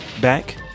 back